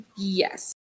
Yes